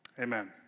Amen